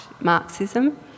Marxism